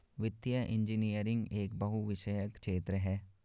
वित्तीय इंजीनियरिंग एक बहुविषयक क्षेत्र है